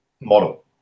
model